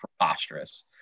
preposterous